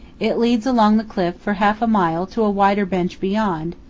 it leads along the cliff for half a mile to a wider bench beyond,